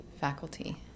faculty